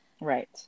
right